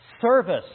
service